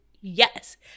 Yes